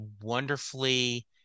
wonderfully